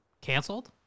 canceled